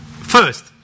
First